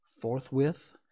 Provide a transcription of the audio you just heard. Forthwith